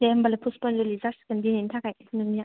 दे होमबालाय पुसपानजुलि जासिगोन दिनैनि थाखाय नोंनिया